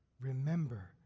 remember